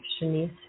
Shanice